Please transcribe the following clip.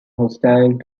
hostile